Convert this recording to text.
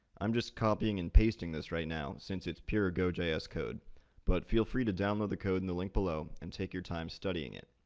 i'm just copying and pasting this right now, since it's pure ah gojs ah code but feel free to download the code in the link below and take your time studying it.